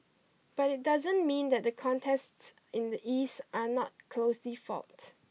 but it doesn't mean that the contests in the East are not closely fought